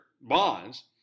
bonds